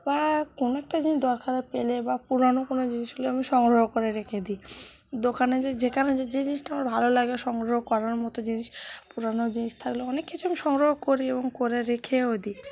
বা কোনো একটা জিনিস দরকারে পেলে বা পুরানো কোনো জিনিস হলে আমি সংগ্রহ করে রেখে দিই দোকানে যে যেখানে যে যে জিনিসটা আমার ভালো লাগে সংগ্রহ করার মতো জিনিস পুরানো জিনিস থাকলে অনেক কিছু আমি সংগ্রহ করি এবং করে রেখেও দিই